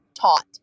taught